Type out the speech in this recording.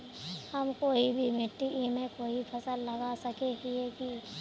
हम कोई भी मिट्टी में कोई फसल लगा सके हिये की?